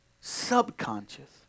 subconscious